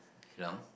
Geylang